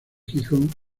gijón